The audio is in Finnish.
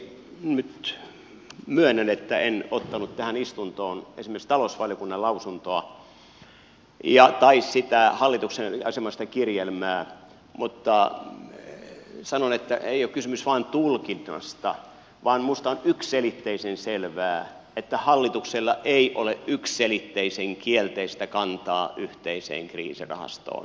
nyt myönnän että en ottanut tähän istuntoon esimerkiksi talousvaliokunnan lausuntoa tai sitä hallituksen kirjelmää mutta sanon että ei ole kysymys vain tulkinnasta vaan minusta on yksiselitteisen selvää että hallituksella ei ole yksiselitteisen kielteistä kantaa yhteiseen kriisirahastoon